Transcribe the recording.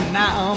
now